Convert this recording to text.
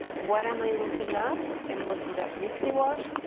what am i looking up? i'm looking up misty wash.